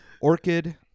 Orchid